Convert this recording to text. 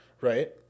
Right